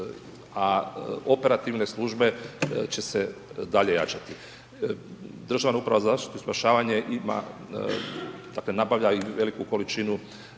a operativne službe će se dalje jačati. Državna uprava za zaštitu i spašavanje ima, dakle nabavlja i veliku količinu